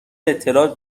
اطلاعات